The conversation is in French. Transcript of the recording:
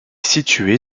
située